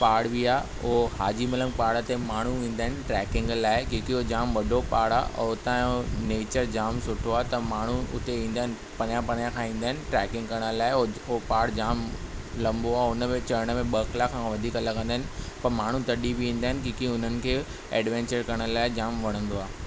पहाड़ बि आहे उहो हाजीमल पहाड़ ते माण्हू ईंदा आहिनि ट्रेकिंग लाइ क्योकी उहो जाम वॾो पहाड़ आहे और हुतां उहो नेचर जाम सुठो आहे त माण्हू उते ईंदा आहिनि परियां परियां खां ईंदा आहिनि ट्रेकिंग करण लाइ उहो पहाड़ जाम लंबो आहे उन में चढ़ण में ॿ कलाक खां वधीक लॻंदा आहिनि पोइ माण्हू तॾहिं बि ईंदा आहिनि क्योकी उन्हनि खे एडवेंचर करण लाइ जाम वणंदो आहे